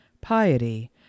piety